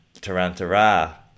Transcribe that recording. Tarantara